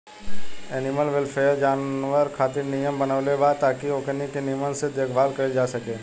animal welfare, जानवर खातिर नियम बनवले बा ताकि ओकनी के निमन से देखभाल कईल जा सके